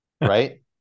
right